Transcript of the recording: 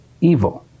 evil